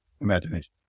Imagination